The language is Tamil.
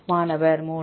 மாணவர் 3 3